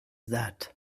that